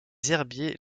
herbiers